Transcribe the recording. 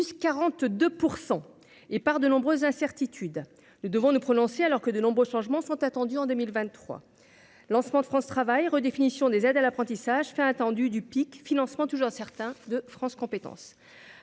plus 42 % et par de nombreuses incertitudes le devant de prononcer alors que de nombreux changements sont attendus en 2023 lancements de France travaille redéfinition des aides à l'apprentissage fait attendu du pic financement toujours de France compétences